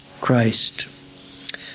Christ